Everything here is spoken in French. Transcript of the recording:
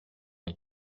les